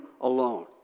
alone